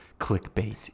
clickbait